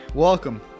Welcome